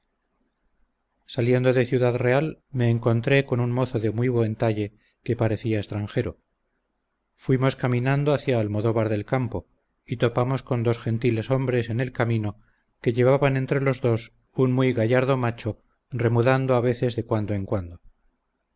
saliendo de ciudad real me encontró con un mozo de muy buen talle que parecía extranjero fuimos caminando hacia almodóvar del campo y topamos con dos gentiles hombres en el camino que llevaban entre los dos un muy gallardo macho remudando a veces de cuando en cuando